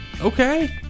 Okay